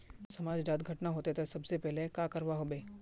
समाज डात घटना होते ते सबसे पहले का करवा होबे?